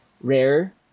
rare